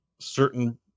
certain